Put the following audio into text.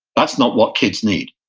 that's not what kids need.